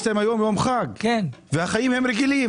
יש להם היום יום חג והחיים הם רגילים.